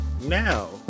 now